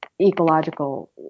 ecological